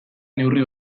neurri